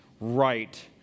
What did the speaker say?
right